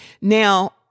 Now